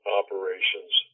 operations